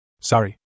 Sorry